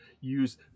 use